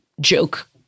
joke